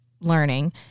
learning